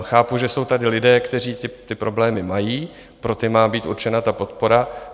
Chápu, že jsou tady lidé, kteří ty problémy mají, pro ty má být určena ta podpora.